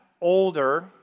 older